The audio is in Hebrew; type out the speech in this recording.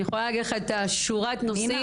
אני יכולה לומר לך את שורת הנושאים,